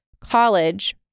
college